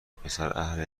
پسراهل